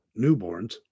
newborns